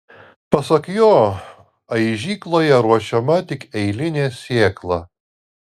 pasak jo aižykloje ruošiama tik elitinė sėkla